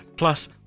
Plus